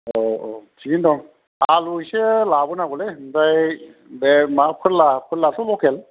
औ औ थिगैनो दं आलु एसे लाबोनांगौलै ओमफ्राय बे मा फोरला फोरला आथ' लकेल